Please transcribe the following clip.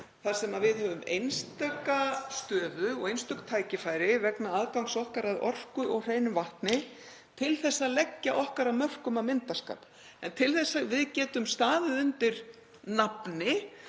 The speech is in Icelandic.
þar sem við höfum einstaka stöðu og einstök tækifæri vegna aðgangs okkar að orku og hreinu vatni til að leggja okkar af mörkum af myndarskap. En til þess að við getum staðið undir nafni